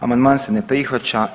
Amandman se ne prihvaća.